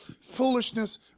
foolishness